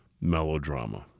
melodrama